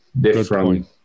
different